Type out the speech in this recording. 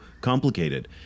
complicated